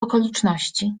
okoliczności